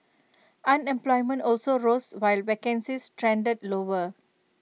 unemployment also rose while vacancies trended lower